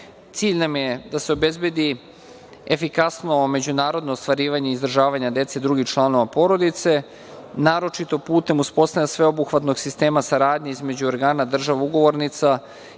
nam je da se obezbedi efikasno međunarodno ostvarivanje izdržavanja dece i drugih članova porodice, naročito putem uspostavljanja sveobuhvatnog sistema saradnje između organa država ugovornica